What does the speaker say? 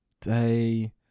Day